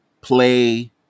play